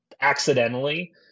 accidentally